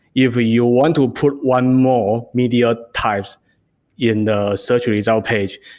if you want to put one more media types in the search result page,